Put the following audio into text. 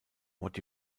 what